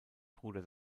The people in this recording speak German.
bruder